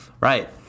right